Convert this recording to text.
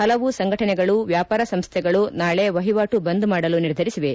ಹಲವು ಸಂಘಟನೆಗಳು ವ್ಯಾಪಾರ ಸಂಸ್ತೆಗಳು ನಾಳೆ ವಹಿವಾಟು ಬಂದ್ ಮಾಡಲು ನಿರ್ಧರಿಸಿವೆ